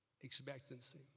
Expectancy